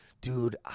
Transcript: dude